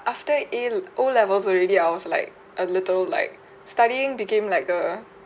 after a l~ o levels already I was like a little like studying became like a